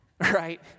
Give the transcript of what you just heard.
Right